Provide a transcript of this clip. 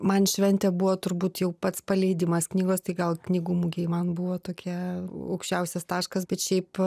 man šventė buvo turbūt jau pats paleidimas knygos tai gal knygų mugėj man buvo tokia aukščiausias taškas bet šiaip